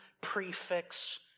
prefix